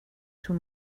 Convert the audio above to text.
two